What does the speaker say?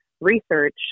research